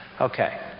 Okay